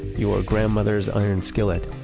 your grandmother's iron skillet.